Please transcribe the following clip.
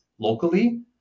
Locally